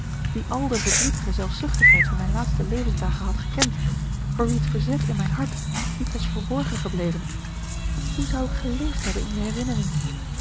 die al de verdrietige zelfzuchtigheid van mijn laatste levensdagen hadt gekend voor wie het verzet in mijn hart niet was verborgen gebleven hoe zou ik geleefd hebben in je herinnering